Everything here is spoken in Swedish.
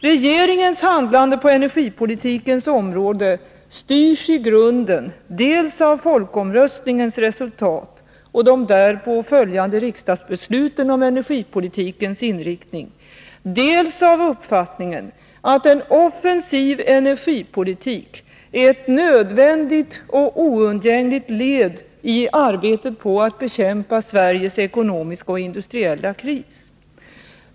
Regeringens handlande på energipolitikens område styrs i grunden av dels folkomröstningens resultat och de därpå följande riksdagsbesluten om energipolitikens inriktning, dels uppfattningen att en offensiv energipolitik är ett nödvändigt och oundgängligt led i arbetet på att bekämpa Sveriges ekonomiska och industriella kris.